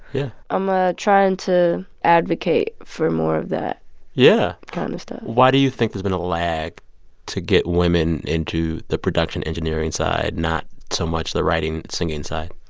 yeah i'm ah trying to advocate for more of that yeah kind of stuff why do you think there's been a lag to get women into the production-engineering side, not so much the writing-singing side?